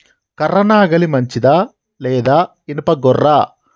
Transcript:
కర్ర నాగలి మంచిదా లేదా? ఇనుప గొర్ర?